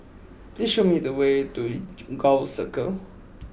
please show me the way to Gul Circle